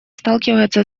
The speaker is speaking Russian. сталкивается